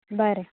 बरें